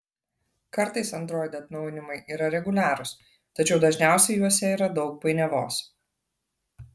kartais android atnaujinimai yra reguliarūs tačiau dažniausiai juose yra daug painiavos